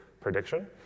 prediction